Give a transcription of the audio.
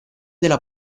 della